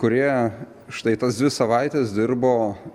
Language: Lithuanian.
kurie štai tas dvi savaites dirbo